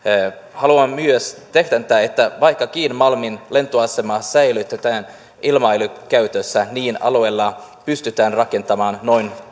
haluan myös tähdentää että vaikkakin malmin lentoasema säilytetään ilmailukäytössä niin alueelle pystytään rakentamaan noin